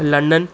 London